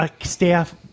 Staff